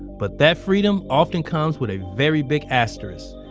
but that freedom often comes with a very big asterisk.